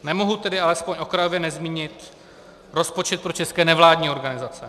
Nemohu tedy alespoň okrajově nezmínit rozpočet pro české nevládní organizace.